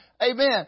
Amen